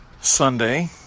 Sunday